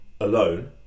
alone